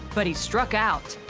but he struck out.